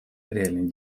реальной